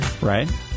Right